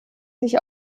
sich